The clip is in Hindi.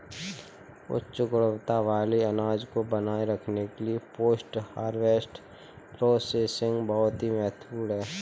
उच्च गुणवत्ता वाले अनाज को बनाए रखने के लिए पोस्ट हार्वेस्ट प्रोसेसिंग बहुत महत्वपूर्ण है